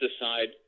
decide